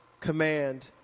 command